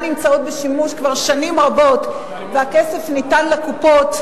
נמצאות בשימוש כבר שנים רבות והכסף ניתן לקופות,